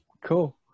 cool